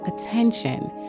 attention